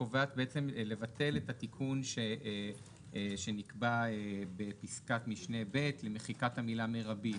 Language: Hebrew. קובעת בעצם לבטל את התיקון שנקבע בפסקת משנה (ב) במחיקת המילה "מרבי",